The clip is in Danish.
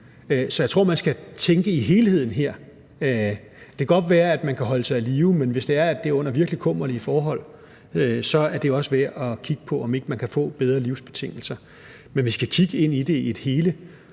Så jeg tror, at man her skal tænke i helheden. Det kan godt være, at man kan holde sig i live, men hvis det er, at det er under virkelig kummerlige forhold, så er det jo også værd at kigge på, om ikke man kan få bedre livsbetingelser. Men vi skal kigge ind i det som et hele,